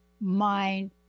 mind